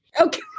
Okay